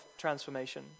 transformation